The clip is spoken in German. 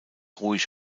ruhig